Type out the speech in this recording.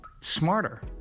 smarter